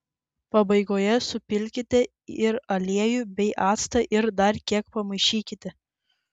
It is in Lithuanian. pabaigoje supilkite ir aliejų bei actą ir dar kiek pamaišykite